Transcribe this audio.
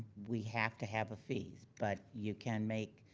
we have to have a fee. but, you can make